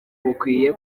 bukwiye